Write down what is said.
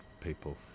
people